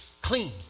Clean